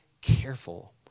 careful